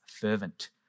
fervent